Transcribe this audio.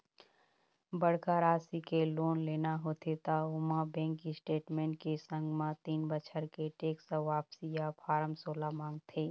बड़का राशि के लोन लेना होथे त ओमा बेंक स्टेटमेंट के संग म तीन बछर के टेक्स वापसी या फारम सोला मांगथे